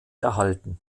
erhalten